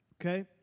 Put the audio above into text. Okay